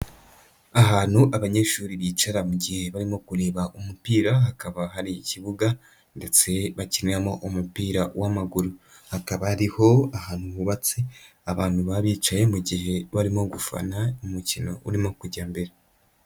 Ahantu abanyeshuri bicara mu gihe barimo kureba umupira, hakaba hari ikibuga ndetse bakiniramo umupira w'amaguru. Hakaba hariho ahantu hubatse abantu baba bicaye mu gihe barimo gufana, umukino urimo kujya mbere.